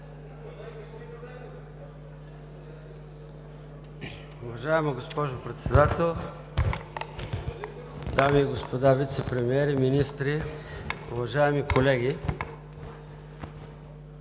Уважаема госпожо Председател, дами и господа вицепремиери, министри, уважаеми колеги!